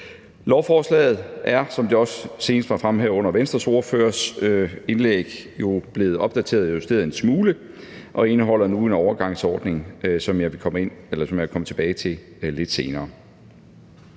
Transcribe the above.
Lovforslaget er, som det også senest var fremme her under Venstres ordførers indlæg, blevet opdateret og justeret en smule og indeholder nu en overgangsordning, som jeg vil komme tilbage til lidt senere.